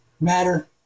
matter